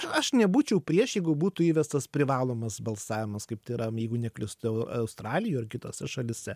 aš nebūčiau prieš jeigu būtų įvestas privalomas balsavimas kaip tai yra jeigu neklystu australijoj ir kitose šalyse